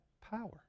power